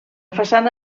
façana